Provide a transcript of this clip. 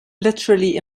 literally